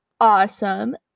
awesome